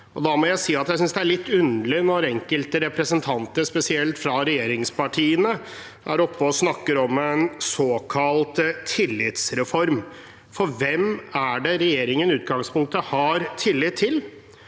jeg synes det er litt underlig når enkelte representanter, spesielt fra regjeringspartiene, er oppe og snakker om en såkalt tillitsreform. For hvem er det regjeringen i utgangspunktet har tillit til?